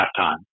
halftime